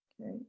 Okay